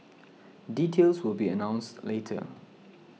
details will be announced later